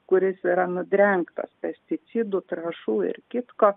kuris yra nudrengtas pesticidų trąšų ir kitko